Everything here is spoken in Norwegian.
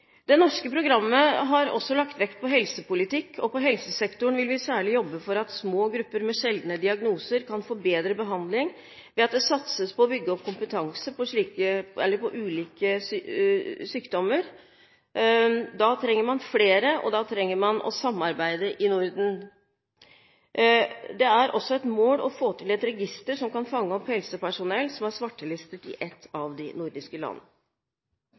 Det norske programmet har også lagt vekt på helsepolitikk. På helsektoren vil vi særlig jobbe for at små grupper med sjeldne diagnoser kan få bedre behandling ved at det satses på å bygge opp kompetanse på ulike sykdommer. Da trenger man flere, og da trenger man å samarbeide i Norden. Det er også et mål å få til et register som kan fange opp helsepersonell som er svartelistet i